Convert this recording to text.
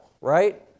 right